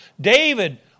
David